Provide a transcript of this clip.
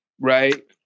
Right